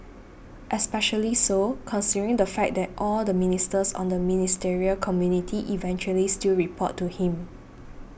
especially so considering the fact that all the ministers on the ministerial committee eventually still report to him